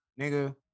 Nigga